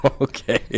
Okay